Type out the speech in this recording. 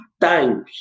times